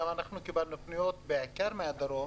גם אנחנו קיבלנו פניות בעיקר מהדרום